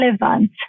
relevant